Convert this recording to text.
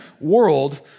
world